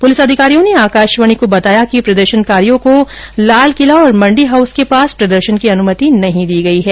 प्रलिस अधिकारियों ने आकाशवाणी को बताया कि प्रदर्शनकारियों को लालकिला और मंडी हाउस के पास प्रदर्शन की अनुमति नहीं दी गई है